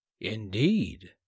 Indeed